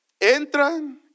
Entran